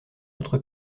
autre